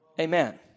Amen